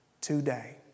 today